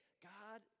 God